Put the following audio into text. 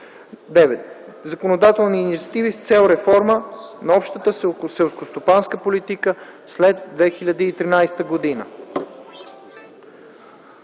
9. Законодателни инициативи с цел реформа на Общата селскостопанска политика след 2013 г.